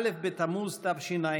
א' בתמוז תשע"ט,